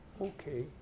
Okay